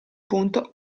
punto